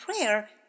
prayer